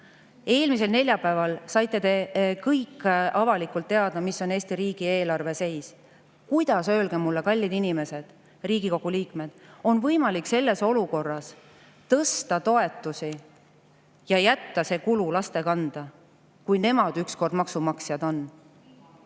laenudel. Eelmisel neljapäeval saite te kõik avalikult teada, mis on Eesti riigieelarve seis. Öelge mulle, kallid inimesed, Riigikogu liikmed: kuidas on võimalik selles olukorras tõsta toetusi ja jätta see kulu laste kanda, kui nemad ükskord maksumaksjad on?